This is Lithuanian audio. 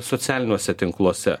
socialiniuose tinkluose